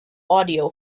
audio